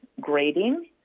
grading